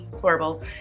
horrible